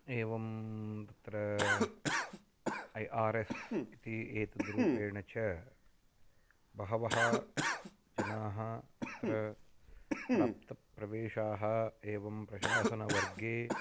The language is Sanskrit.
एवं तत्र ऐ आर् एस् इति एतद्रूपेण च बहवः जनाः तत्र प्राप्तप्रवेशाः एवं प्रशासनवर्गे